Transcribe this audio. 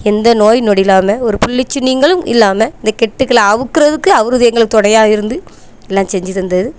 எந்த நோய் நொடி இல்லாமல் ஒரு புள்ளிச்சி நீங்களும் இல்லாமல் இந்த கெட்டுக்களை அவுக்கிறதுக்கு அவர் எங்களுக்கு துணையா இருந்து எல்லா செஞ்சு தந்தது